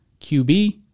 QB